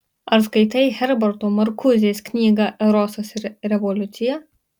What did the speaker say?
ar skaitei herberto markuzės knygą erosas ir revoliucija